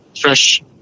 fresh